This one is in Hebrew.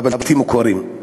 הבלתי-מוכרים.